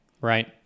Right